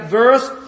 verse